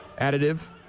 additive